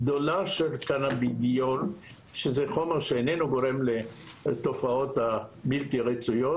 קנבידיול הוא חומר שאיננו גורם לתופעות בלתי רצויות,